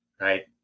Right